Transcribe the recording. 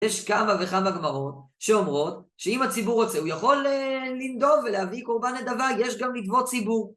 יש כמה וכמה גברות שאומרות שאם הציבור רוצה הוא יכול לנדוב ולהביא קורבן נדבה, יש גם נדבות ציבור